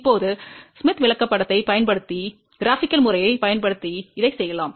இப்போது ஸ்மித் விளக்கப்படத்தைப் பயன்படுத்தி வரைகலை முறையைப் பயன்படுத்தி இதைச் செய்யலாம்